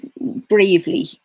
bravely